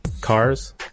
Cars